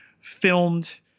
filmed